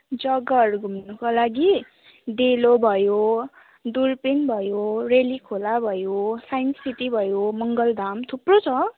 जग्गाहरू घुम्नुको लागि डेलो भयो दुर्पिन भयो रेली खोला भयो साइन्स सिटी भयो मङ्गलधाम थुप्रो छ